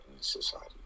society